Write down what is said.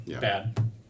bad